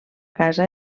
casa